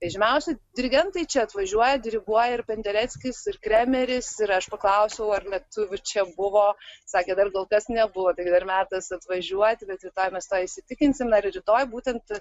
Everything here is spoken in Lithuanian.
žymiausi dirigentai čia atvažiuoja diriguoja ir pendereckis ir kremeris ir aš paklausiau ar lietuvių čia buvo sakė dar kol kas nebuvo taigi dar metas apvažiuoti bet rytoj mes tuo įsitikinsim na ir rytoj būtent